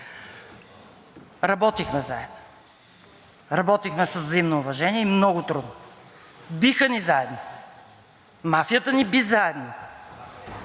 работихме заедно, работихме с взаимно уважение много трудно, биха ни заедно, мафията ни би заедно,